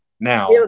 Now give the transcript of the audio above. now